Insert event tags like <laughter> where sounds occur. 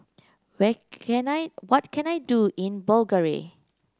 <unintelligible> can I what can I do in Bulgaria